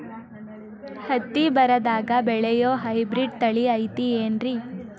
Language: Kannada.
ಹತ್ತಿ ಬರದಾಗ ಬೆಳೆಯೋ ಹೈಬ್ರಿಡ್ ತಳಿ ಐತಿ ಏನ್ರಿ?